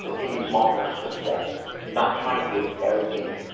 ah taking small manageable steps not trying to get everything,